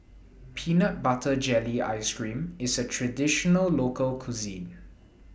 Peanut Butter Jelly Ice Cream IS A Traditional Local Cuisine